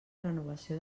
renovació